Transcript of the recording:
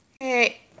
Hey